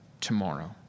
tomorrow